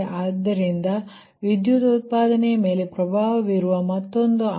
ಆದ್ದರಿಂದ ವಿದ್ಯುತ್ ಉತ್ಪಾದನೆಯ ಮೇಲೆ ಪ್ರಭಾವ ಬೀರುವ ಮತ್ತೊಂದು ಅಂಶ